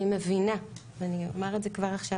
אני מבינה ואני אומר את זה כבר עכשיו,